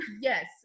Yes